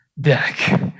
deck